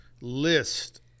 list